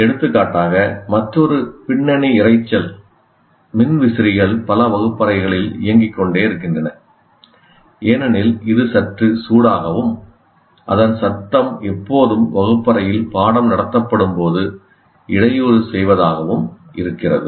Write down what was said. எடுத்துக்காட்டாக மற்றொரு பின்னணி இரைச்சல் மின் விசிறிகள் பல வகுப்பறைகளில் இயங்கிக் கொண்டே இருக்கின்றன ஏனெனில் இது சற்று சூடாகவும் அதன் சத்தம் எப்போதும் வகுப்பறையில் பாடம் நடத்தப்படும் போது இடையூறு செய்வதாக இருக்கிறது